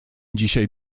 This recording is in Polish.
dzisiaj